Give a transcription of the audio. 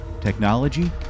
Technology